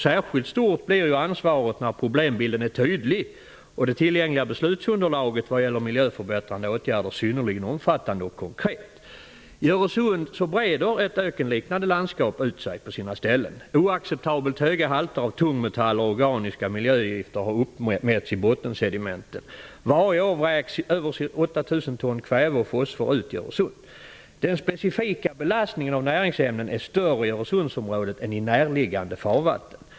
Särskilt stort blir ansvaret när problembilden är tydlig och när det tillgängliga beslutsunderlaget vad gäller miljöförbättrande åtgärder är synnerligen omfattande och konkret. I Öresund breder ett ökenliknande landskap ut sig på sina ställen. Oacceptabelt höga halter av tungmetaller och organiska miljögifter har uppmätts i bottensedimenten. Varje år vräks över Den specifika belastningen av näringsämnen är större i Öresundsområdet än i närliggande farvatten.